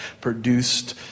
produced